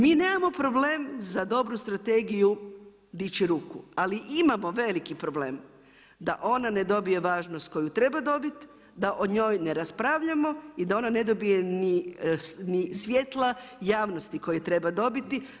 Mi nemamo problem za dobru strategiju dići ruku, ali imamo veliki problem da ona ne dobije važnost koju treba dobiti, da o njoj ne raspravljamo i da ona ne dobije ni svjetla javnosti koje treba dobiti.